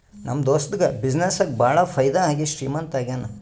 ನಮ್ ದೋಸ್ತುಗ ಬಿಸಿನ್ನೆಸ್ ನಾಗ್ ಭಾಳ ಫೈದಾ ಆಗಿ ಶ್ರೀಮಂತ ಆಗ್ಯಾನ